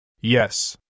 Yes